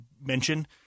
mention